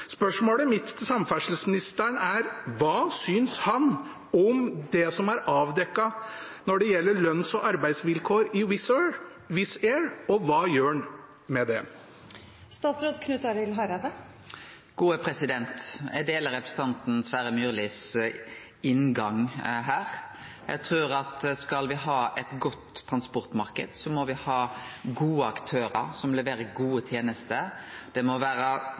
Spørsmålet mitt til samferdselsministeren er: Hva synes han om det som er avdekket når det gjelder lønns- og arbeidsvilkår i Wizz Air, og hva gjør han med det? Eg deler representanten Sverre Myrlis inngang her. Eg trur at skal me ha ein god transportmarknad, må me ha gode aktørar som leverer gode tenester. Det må